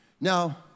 Now